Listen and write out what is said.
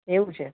એવું છે